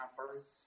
first